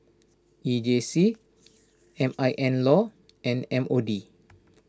E J C M I N Law and M O D